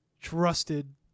trusted